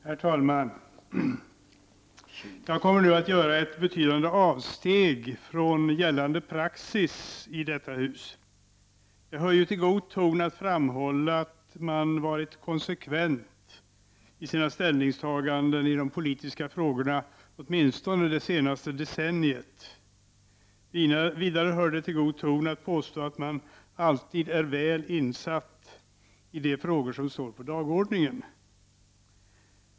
Herr talman! Jag kommer nu att göra ett betydande avsteg från gällande praxis i detta hus. Det hör ju till god ton att framhålla att man åtminstone under det senaste decenniet har varit konsekvent i sina ställningstaganden i de politiska frågorna. Vidare hör det till god ton att påstå att man alltid är väl insatt i de frågor som står på dagordningen.